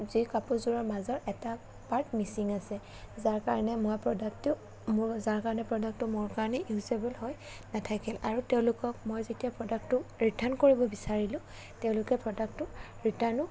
যি কাপোৰযোৰৰ মাজত এটা পাৰ্ট মিছিং আছে যাৰ কাৰণে মই প্ৰডাক্টটো মোৰ যাৰ কাৰণে প্ৰডাক্টটো মোৰ কাৰণে ইউজএবল হৈ নাথাকিল আৰু তেওঁলোকক মই যেতিয়া প্ৰডাক্টটো ৰিটাৰ্ণ কৰিব বিচাৰিলো তেওঁলোকে প্ৰডাক্টটো ৰিটাৰ্ণো